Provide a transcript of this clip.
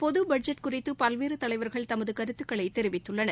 பொது பட்ஜெட் குறித்து பல்வேறு தலைவர்கள் தமது கருத்துக்களை தெரிவித்துள்ளனர்